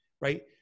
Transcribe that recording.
right